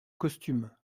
costume